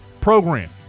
program